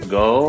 go